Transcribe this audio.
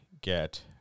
get